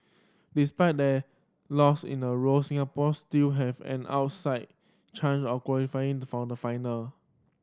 despite their loss in a row Singapore still have an outside chance of qualifying to for the final